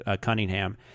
Cunningham